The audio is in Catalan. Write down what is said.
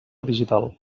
digital